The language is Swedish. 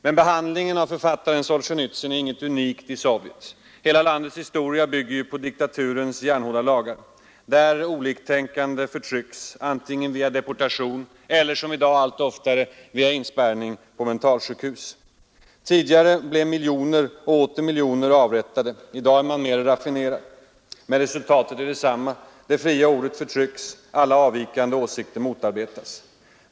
Men behandlingen av författaren Solzjenitsyn är inget unikt i Sovjet. Hela landets historia bygger ju på diktaturens järnhårda lagar, där alla oliktänkande förtrycks antingen via deportation eller, numera, allt oftare genom inspärrning på mentalsjukhus. Tidigare blev miljoner och åter miljoner avrättade. I dag är man mera raffinerad, men resultatet är detsamma: det fria ordet förtrycks, avvikande åsikter motarbetas.